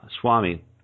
Swami